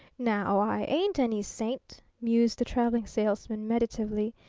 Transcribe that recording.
now i ain't any saint, mused the traveling salesman meditatively,